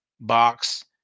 box